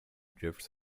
drifts